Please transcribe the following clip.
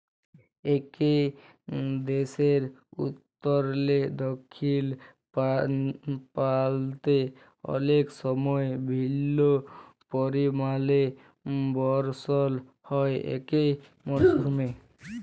একই দ্যাশের উত্তরলে দখ্খিল পাল্তে অলেক সময় ভিল্ল্য পরিমালে বরসল হ্যয় একই মরসুমে